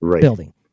building